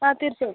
ആ തീർത്തും